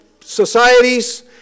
societies